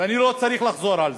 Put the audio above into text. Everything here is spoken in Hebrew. ואני לא צריך לחזור על זה.